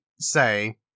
Say